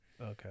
okay